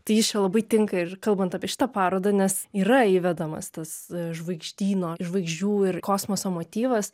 tai jis čia labai tinka ir kalbant apie šitą parodą nes yra įvedamas tas žvaigždyno žvaigždžių ir kosmoso motyvas